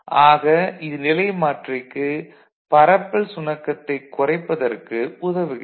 ஆக இது நிலைமாற்றிக்கு பரப்பல் சுணக்கத்தைக் குறைப்பதற்கு உதவுகிறது